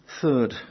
Third